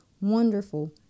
Wonderful